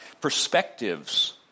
perspectives